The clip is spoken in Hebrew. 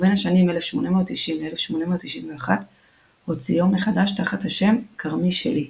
ובין השנים 1890–1891 הוציאו מחדש תחת השם "כרמי שלי".